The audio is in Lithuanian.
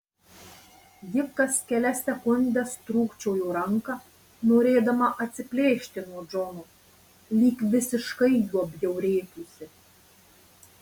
ji kas kelias sekundes trūkčiojo ranką norėdama atsiplėšti nuo džono lyg visiškai juo bjaurėtųsi